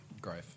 great